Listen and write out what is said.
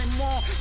more